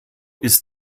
ist